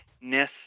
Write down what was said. Ness